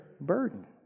burden